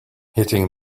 hitting